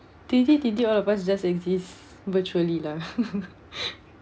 twenty twenty all of us just exist virtually lah